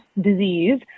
disease